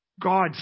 God